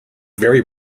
very